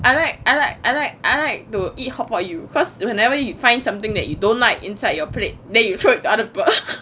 I like I like I like I like to eat hot pot you cause you whenever you find something that you don't like inside your plate then you throw it to other people